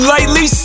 Lightly